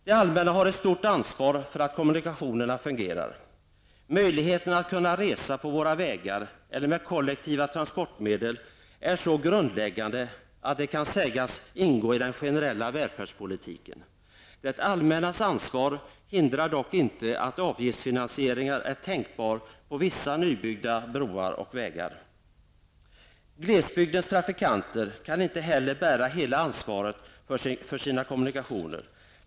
Det allmänna har ett stort ansvar för att kommunikationerna fungerar. Att kunna resa på våra vägar eller med kollektiva transportmedel är så grundläggande att det kan sägas ingå i den generella välfärdspolitiken. Det allmännas ansvar hindrar dock inte att avgiftsfinansiering är tankbar på vissa nybyggda broar och vägar. Glesbygdens trafikanter kan inte heller bära hela ansvaret för sina kommunikationer.